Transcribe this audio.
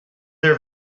their